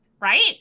Right